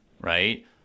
right